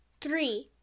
Three